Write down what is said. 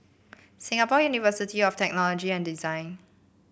Singapore University of Technology and Design